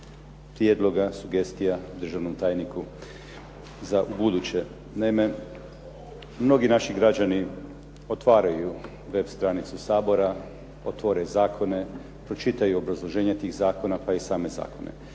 prijedloga, sugestija državnom tajniku za ubuduće. Naime, mnogi naši građani otvaraju web stranicu Sabora, otvore zakone, pročitaju obrazloženja tih zakona, pa i same zakone.